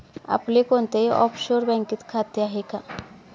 आपले कोणत्याही ऑफशोअर बँकेत खाते आहे का?